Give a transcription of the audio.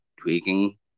tweaking